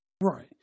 right